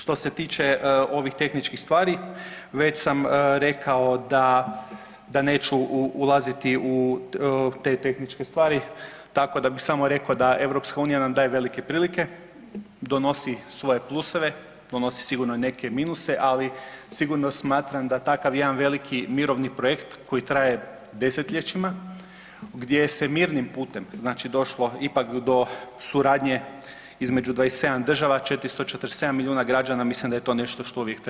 Što se tiče, što se tiče ovih tehničkih stvari već sam rekao da, da neću ulaziti u te tehničke stvari, tako da bih samo rekao da EU nam daje velike prilike, donosi svoje pluseve, donosi sigurno i neke minuse, ali sigurno smatram da takav jedan veliki mirovni projekt koji traje desetljećima gdje se mirnim putem, znači došlo ipak do suradnje između 27 država, 447 milijuna građana, mislim da je to nešto što uvijek trebamo poštivati.